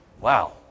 Wow